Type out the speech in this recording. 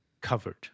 covered